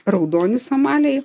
raudoni somaliai